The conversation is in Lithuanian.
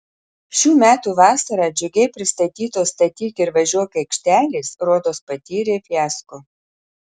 šių metų vasarą džiugiai pristatytos statyk ir važiuok aikštelės rodos patyrė fiasko